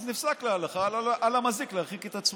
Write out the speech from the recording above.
אז נפסק בהלכה: על המזיק להרחיק את עצמו.